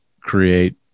create